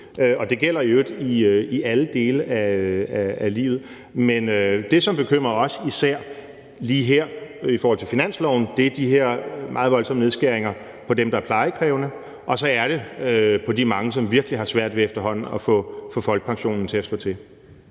og det gælder i øvrigt i alle dele af livet. Men det, som bekymrer os, især lige her i forhold til finansloven, er de her meget voldsomme nedskæringer over for dem, der er plejekrævende, og så de mange, som efterhånden virkelig har svært ved at få folkepensionen til at slå til.